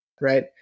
Right